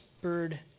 bird